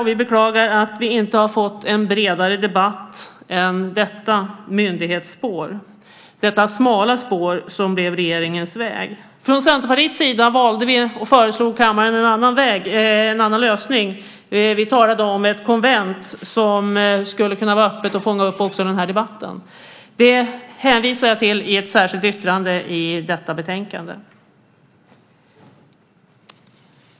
Vi beklagar att vi inte har fått en bredare debatt än detta myndighetsspår, detta smala spår som blev regeringens väg. Från Centerpartiets sida valde vi och föreslog kammaren en annan lösning. Vi talade om ett konvent som skulle kunna vara öppet och fånga upp också den här debatten. Det hänvisar jag till i ett särskilt yttrande i detta betänkande.